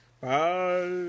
Bye